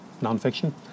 non-fiction